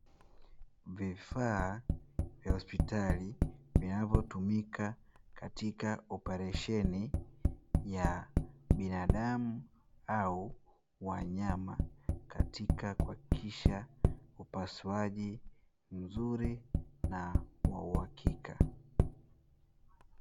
Vifaa vya hospitali vinavyotumika katika operesheni ya binadamu au wanyama, katika kuhakikisha upasuaji mzuri na wa uhakika.